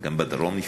גם בדרום נפתח,